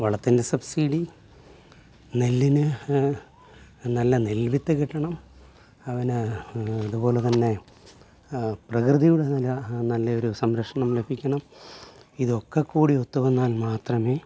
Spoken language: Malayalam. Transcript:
വളത്തിൻ്റെ സബ്സിഡി നെല്ലിന് നല്ല നെൽ വിത്ത് കിട്ടണം അവന് അതുപോലെ തന്നെ പ്രകൃതിയുടെ നല്ല നല്ല ഒരു സംരക്ഷണം ലഭിക്കണം ഇതൊക്കെ കൂടി ഒത്തു വന്നാൽ മാത്രമേ